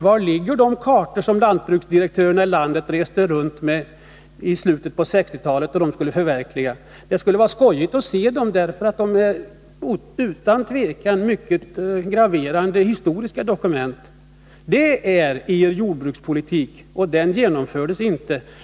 Var ligger de kartor som lantbruksdirektörerna reste runt med i slutet på 1960-talet? Det skulle vara roligt att få se dem, därför att de utan tvivel är mycket graverande historiska dokument. Det var er jordbrukspolitik. Den genomfördes inte.